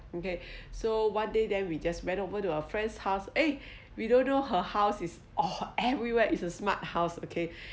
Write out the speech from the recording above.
okay so one day then we just went over to a friend's house eh we don't know her house is oh everywhere it's a smart house okay